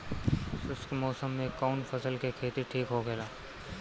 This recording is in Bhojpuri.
शुष्क मौसम में कउन फसल के खेती ठीक होखेला?